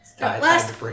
Last